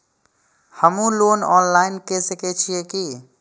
हमू loan online के सके छीये की?